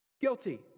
guilty